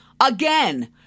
Again